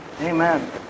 amen